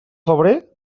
febrer